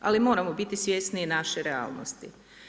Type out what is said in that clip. Ali, moramo biti svjesni naše realnosti.